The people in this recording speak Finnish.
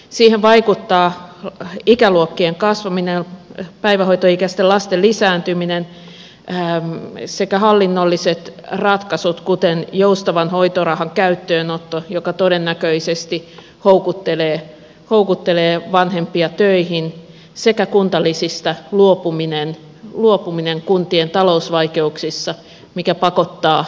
siihen vaikuttavat ikäluokkien kasvaminen päivähoitoikäisten lasten määrän lisääntyminen sekä hallinnolliset ratkaisut kuten joustavan hoitorahan käyttöönotto joka todennäköisesti houkuttelee vanhempia töihin sekä kuntalisistä luopuminen kuntien talousvaikeuksissa mikä pakottaa töihin